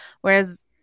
Whereas